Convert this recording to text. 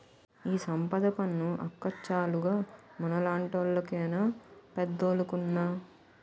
ఈ సంపద పన్ను అక్కచ్చాలుగ మనలాంటోళ్లు కేనా పెద్దోలుకున్నా